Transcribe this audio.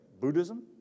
Buddhism